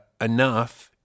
enough